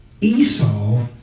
Esau